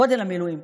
גודל המילואים,